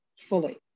fully